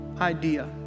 idea